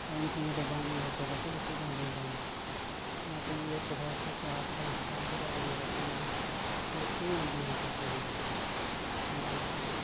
ᱟᱨ ᱩᱱ ᱥᱚᱢᱚᱭ ᱫᱚ ᱵᱟᱝ ᱤᱭᱟᱹ ᱛᱮ ᱵᱟᱠᱚ ᱞᱟᱹᱴᱩᱜ ᱠᱟᱱ ᱛᱤᱧ ᱛᱟᱦᱮᱱᱟ ᱚᱱᱟᱛᱮ ᱤᱧ ᱤᱭᱟᱹ ᱠᱚ ᱦᱚᱲ ᱴᱷᱮᱱ ᱠᱷᱚᱱ ᱟᱥᱨᱟᱧ ᱦᱟᱛᱟᱣ ᱠᱮᱫᱟ ᱟᱨ ᱤᱭᱟᱹ ᱠᱟᱛᱮᱫ ᱱᱚᱜᱼᱚᱭ ᱞᱟᱹᱴᱩᱭᱮᱱ ᱛᱤᱧᱟᱹ ᱠᱚ ᱥᱟᱹᱨᱤᱜᱮ ᱱᱚᱰᱮ ᱢᱩᱪᱟᱹᱫ ᱮᱱᱟ ᱟᱫᱚ